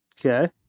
Okay